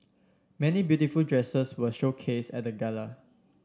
many beautiful dresses were showcase at the gala